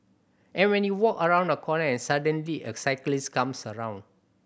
and when you walk around a corner and suddenly a cyclist comes around